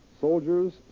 Soldiers